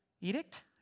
Edict